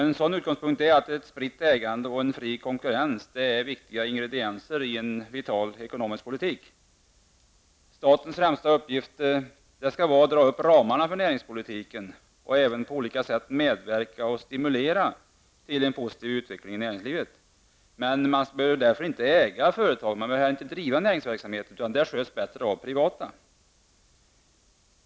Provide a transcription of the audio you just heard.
En sådan utgångspunkt är att ett spritt ägande och en fri konkurrens är viktiga ingredienser i en vital ekonomisk politik. Statens främsta uppgift skall vara att dra upp ramarna för näringspolitiken och även att på olika sätt medverka och stimulera till en positiv utveckling i näringslivet. Man behöver därför inte äga företag eller bedriva näringsverksamhet. Det sköts bättre av privata intressen.